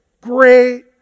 great